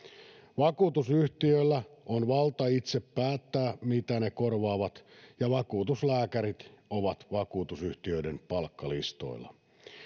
vakuutusyhtiöillä on valta itse päättää mitä ne korvaavat ja vakuutuslääkärit ovat vakuutusyhtiöiden palkkalistoilla